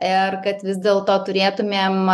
ir kad vis dėlto turėtumėm